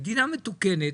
מדינה מתוקנת